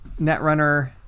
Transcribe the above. Netrunner